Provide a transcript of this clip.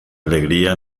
alegría